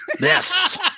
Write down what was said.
Yes